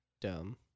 dumb